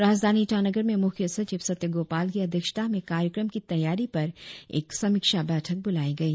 राजधानी ईटानगर में मुख्य सचीव सत्य गोपाल की अध्यक्षता में कार्यक्रम की तैयारी पर एक समीक्षा बैठक ब्रुलाई गई